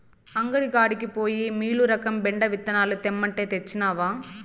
అంగడి కాడికి పోయి మీలురకం బెండ విత్తనాలు తెమ్మంటే, తెచ్చినవా